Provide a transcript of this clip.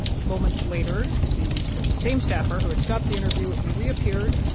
but moments later, the same staffer who had stopped the interview reappeared,